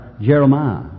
Jeremiah